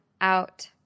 out